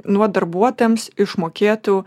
nuo darbuotojams išmokėtų